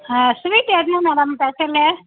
ஆ sweet என்ன madam special